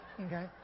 Okay